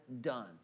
done